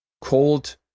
cold